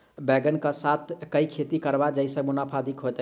बैंगन कऽ साथ केँ खेती करब जयसँ मुनाफा अधिक हेतइ?